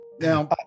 Now